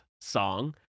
song